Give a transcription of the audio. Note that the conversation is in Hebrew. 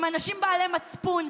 עם אנשים בעלי מצפון,